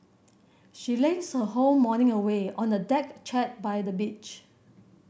she lazed her whole morning away on a deck chair by the beach